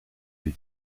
les